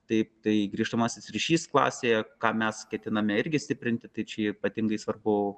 taip tai grįžtamasis ryšys klasėje ką mes ketiname irgi stiprinti tai čia ypatingai svarbu